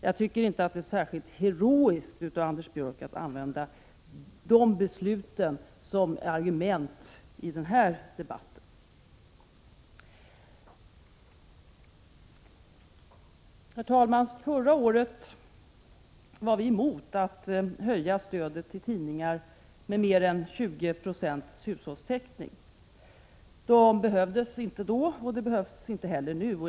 Jag tycker inte att det är särskilt heroiskt av Anders Björck att använda de besluten som argument i den här debatten. Herr talman! Förra året var vi emot att höja stödet till tidningar med mer än 20 96 hushållstäckning. Det behövdes inte då, och det behövs inte heller nu.